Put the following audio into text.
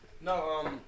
No